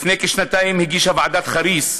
לפני כשנתיים הגישה ועדת חריס,